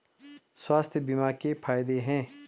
स्वास्थ्य बीमा के फायदे हैं?